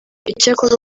icyakora